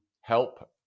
help